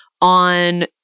on